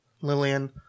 Lillian